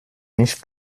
mich